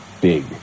big